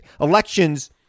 Elections